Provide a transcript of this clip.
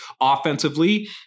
Offensively